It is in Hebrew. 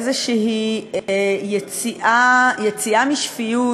איזושהי יציאה משפיות,